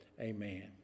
amen